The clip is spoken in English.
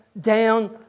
down